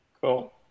Cool